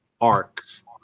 arcs